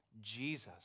Jesus